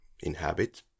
inhabit